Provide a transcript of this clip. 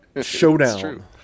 showdown